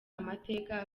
amateka